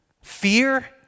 fear